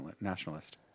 nationalist